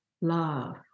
love